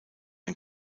ein